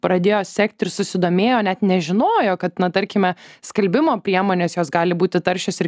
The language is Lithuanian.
pradėjo sekti ir susidomėjo net nežinojo kad na tarkime skalbimo priemonės jos gali būti taršios ir